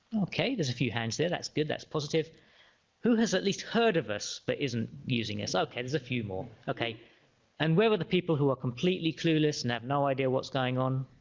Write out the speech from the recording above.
okay there's a few hands there that's good that's positive who has at least heard of us but isn't using us okay there's a few more okay and where were the people who are completely clueless and have no idea what's going on